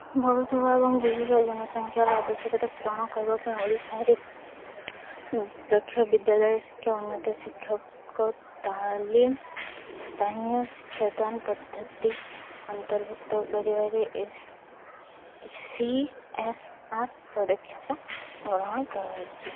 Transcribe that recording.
ବଢ଼ୁଥିବା ଏବଂ ବିବିଧ ଜନସଂଖ୍ୟାର ଆବଶ୍ୟକତା ପୂରଣ କରିବା ପାଇଁ ଓଡ଼ିଶାରେ ଦକ୍ଷ ବିଦ୍ୟାଳୟ ଶିକ୍ଷା ଉନ୍ନତି ଶିକ୍ଷକ ତାଲିମ ସ୍ଥାନୀୟ ଶିକ୍ଷାଦାନ ପଦ୍ଧତି ଅନ୍ତର୍ଭୁକ୍ତ କରିବାରେ ଏ ସି ଏସ୍ ଆର୍ ପଦକ୍ଷେପ ଗ୍ରହଣ କରାଯାଇଛି